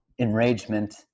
enragement